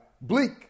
Bleak